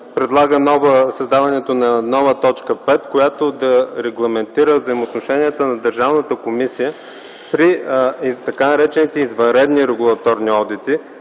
предлага създаването на нова т. 5, която да регламентира взаимоотношенията на държавната комисия при така наречените извънредни регулаторни одити,